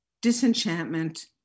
disenchantment